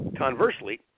Conversely